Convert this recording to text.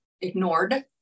ignored